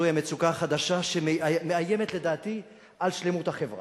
זוהי המצוקה החדשה שמאיימת לדעתי על שלמות החברה.